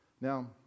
Now